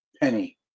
penny